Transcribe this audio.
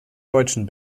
deutschen